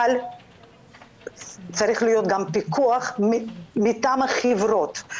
אבל צריך להיות גם פיקוח מטעם החברות.